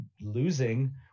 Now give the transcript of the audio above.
losing